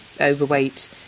overweight